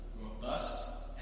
robust